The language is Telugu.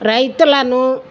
రైతులను